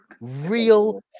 Real